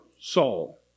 Saul